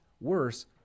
worse